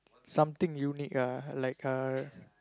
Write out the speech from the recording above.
something unique ah like uh